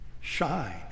Shine